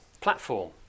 platform